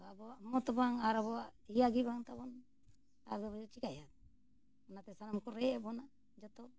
ᱟᱵᱚᱣᱟᱜ ᱢᱚᱛ ᱵᱟᱝ ᱟᱨ ᱟᱵᱚᱣᱟᱜ ᱤᱭᱟᱹᱜᱮ ᱵᱟᱝ ᱛᱟᱵᱚᱱ ᱟᱫᱚ ᱪᱤᱠᱟᱹᱭᱟ ᱚᱱᱟᱛᱮ ᱥᱟᱱᱟᱢ ᱠᱚ ᱨᱮᱡ ᱮᱫᱵᱚᱱᱟ ᱡᱚᱛᱚ